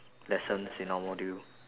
lessons in our module